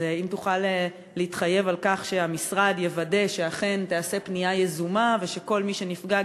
אז אם תוכל להתחייב שהמשרד יוודא שאכן תיעשה פנייה יזומה ושכל מי שנפגע,